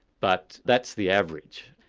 but that's the average.